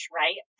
right